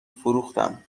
فروختم